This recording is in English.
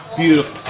beautiful